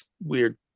weird